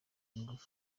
inguvu